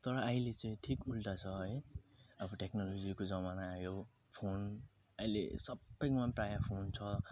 तर अहिले चाहिँ ठिक उल्टा छ है अब टेक्नोलोजीको जमाना आयो फोन अहिले सबैकोमा प्रायः फोन छ